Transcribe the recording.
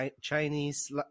Chinese